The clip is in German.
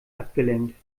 abgelenkt